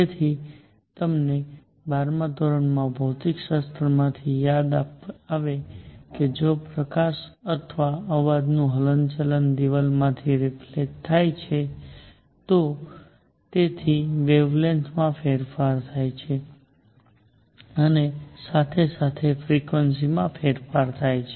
તેથી તમને બારમા ધોરણના ભૌતિકશાસ્ત્રમાંથી યાદ આવે કે જો પ્રકાશ અથવા અવાજનું હલનચલન દિવાલમાંથી રિફલેક્ટ થાય છે તો તેની વેવલેંથ માં ફેરફાર થાય છે ફ્રિક્વન્સીમાં ફેરફાર થાય છે